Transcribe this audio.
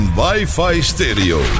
wifi-stereo